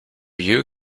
you